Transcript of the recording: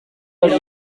muri